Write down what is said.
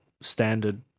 standard